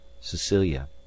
Cecilia